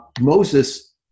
Moses